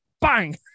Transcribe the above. bang